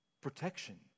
Protection